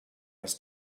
was